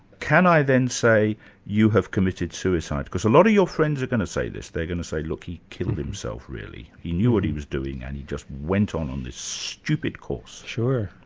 can i then say you have committed suicide, because a lot of your friends are going to say this. they're going to say, look, he killed himself really, he knew what he was doing and he just went on, on this stupid course. sure.